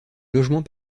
logement